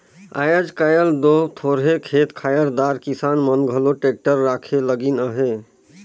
आएज काएल दो थोरहे खेत खाएर दार किसान मन घलो टेक्टर राखे लगिन अहे